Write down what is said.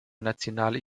nationale